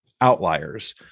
Outliers